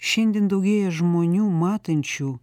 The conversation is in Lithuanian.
šiandien daugėja žmonių matančių